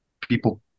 people